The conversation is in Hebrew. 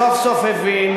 שסוף סוף הבין,